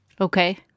Okay